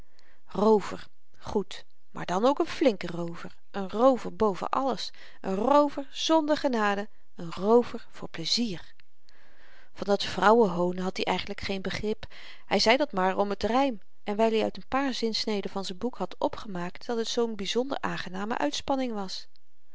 roover goed maar dan ook n flinke roover n roover boven alles n roover zonder genade n roover voor pleizier van dat vrouwen hoonen had i eigenlyk geen begrip hy zei dat maar om t rym en wyl i uit n paar zinsneden van z'n boek had opgemaakt dat het zoo'n byzonder aangename uitspanning was